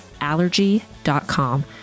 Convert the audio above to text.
allergy.com